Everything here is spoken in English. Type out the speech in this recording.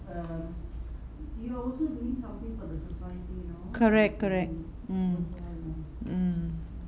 correct correct mm mm